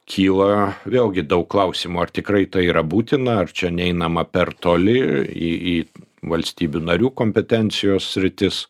kyla vėlgi daug klausimų ar tikrai tai yra būtina ar čia neinama per toli į į valstybių narių kompetencijos sritis